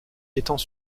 étant